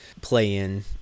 play-in